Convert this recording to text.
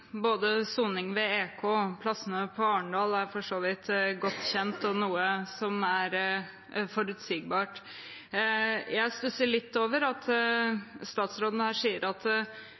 Både soning med elektronisk kontroll, EK, og plassene i Arendal er for så vidt godkjent og noe som er forutsigbart. Jeg stusser litt over at statsråden her sier at